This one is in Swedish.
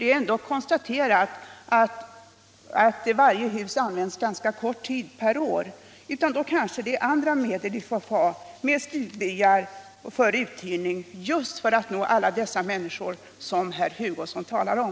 Det är ändå konstaterat att varje fritidshus används ganska kort tid per år, och vi får kanske tillgripa andra medel än egna hus — exempelvis stugbyar för uthyrning —- just för att nå alla dessa människor som herr Hugosson talar om.